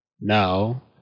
now